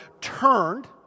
turned